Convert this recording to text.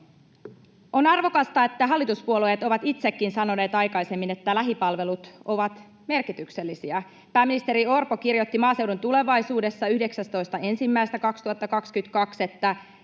On arvokasta, että hallituspuolueet ovat itsekin sanoneet aikaisemmin, että lähipalvelut ovat merkityksellisiä. Pääministeri Orpo kirjoitti Maaseudun Tulevaisuudessa 19.1.2022: